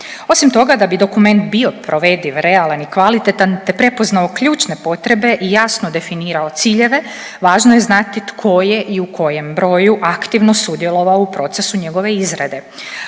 Osim toga da bi dokument bio provediv, realan i kvalitetan te prepoznao ključne potrebe i jasno definirao ciljeve važno je znati tko je i u kojem broju aktivno sudjelovao u procesu njegove izrade.